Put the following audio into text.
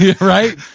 right